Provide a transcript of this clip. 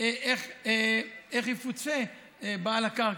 איך יפוצה בעל הקרקע,